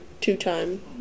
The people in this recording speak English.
two-time